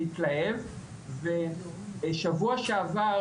שהתלהב ושבוע שעבר,